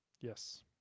Yes